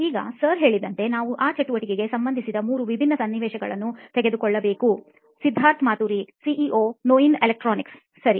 ಈಗ ಸರ್ ಹೇಳಿದಂತೆ ನಾವು ಆ ಚಟುವಟಿಕೆಗೆ ಸಂಬಂಧಿಸಿದ ಮೂರು ವಿಭಿನ್ನ ಸನ್ನಿವೇಶಗಳನ್ನು ತೆಗೆದುಕೊಳ್ಳಬೇಕು ಸಿದ್ಧಾರ್ಥ್ ಮಾತುರಿ ಸಿಇಒ ನೋಯಿನ್ ಎಲೆಕ್ಟ್ರಾನಿಕ್ಸ್ ಸರಿ